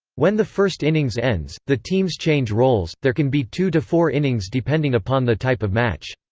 when the first innings ends, the teams change roles there can be two to four innings depending upon the type of match.